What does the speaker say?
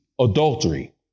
adultery